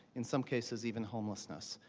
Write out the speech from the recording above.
in some cases, even homelessness.